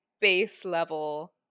base-level